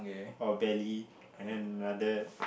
or belly and then another